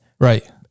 Right